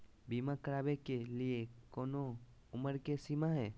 बीमा करावे के लिए कोनो उमर के सीमा है?